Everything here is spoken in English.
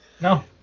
No